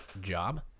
job